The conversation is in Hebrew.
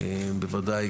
בוודאי,